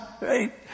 right